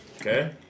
Okay